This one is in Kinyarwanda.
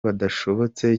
badashobotse